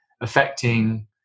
affecting